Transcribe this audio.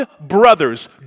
brothers